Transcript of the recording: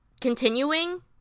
continuing